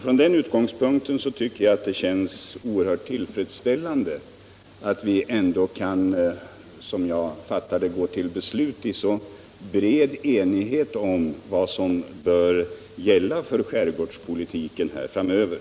Från den utgångspunkten tycker jag det känns oerhört tillfredsställande att vi kan gå till beslut i så bred enighet om vad som bör gälla för skärgårdspolitiken framöver.